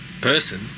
person